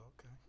okay